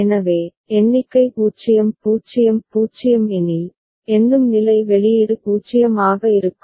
எனவே எண்ணிக்கை 0 0 0 எனில் எண்ணும் நிலை வெளியீடு 0 ஆக இருக்கும்